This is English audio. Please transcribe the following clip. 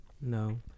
no